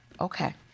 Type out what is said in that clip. okay